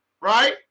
right